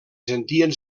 sentien